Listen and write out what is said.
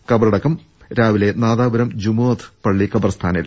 ഖബറടക്കം രാവിലെ നാദാപുരം ജുമുഅത്ത് പള്ളി ഖബർസ്ഥാനിൽ